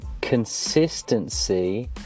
consistency